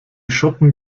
schuppen